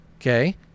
okay